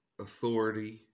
authority